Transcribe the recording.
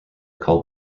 called